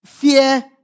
fear